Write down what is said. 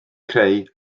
creu